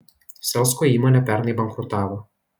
selsko įmonė pernai bankrutavo